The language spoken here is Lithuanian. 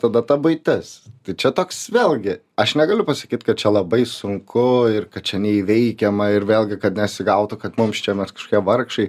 tada ta buitis tai čia toks vėlgi aš negaliu pasakyt kad čia labai sunku ir kad čia neįveikiama ir vėlgi kad nesigautų kad mums čia mes kažkokie vargšai